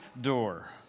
door